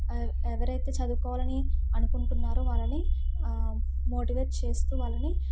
ఎవరైతే చదువుకోవాలని అనుకుంటున్నారో వాళ్ళని మోటివేట్ చేస్తూ వాళ్ళని